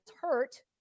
hurt